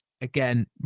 Again